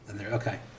Okay